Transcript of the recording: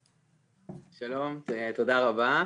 שלום, תודה רבה.